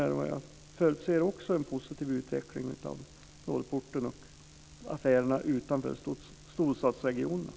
Jag förutser också en positiv utveckling av Norrporten och affärerna utanför storstadsregionerna.